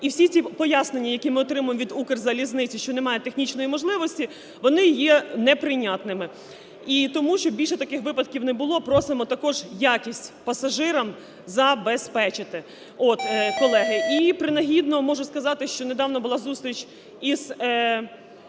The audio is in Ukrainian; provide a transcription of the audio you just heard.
І всі ці пояснення, які ми отримуємо від "Укрзалізниці", що немає технічної можливості, вони є неприйнятними. І тому, щоб більше таких випадків не було, просимо також якість пасажирам забезпечити, от, колеги. І принагідно можу сказати, що недавно була зустріч із